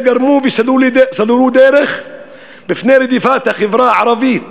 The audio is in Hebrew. גרמו וסללו דרך בפני רדיפת החברה הערבית,